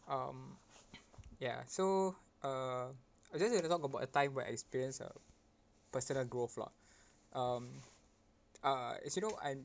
um ya so uh I just want to talk about a time where I experienced uh personal growth lah um uh as you know I'm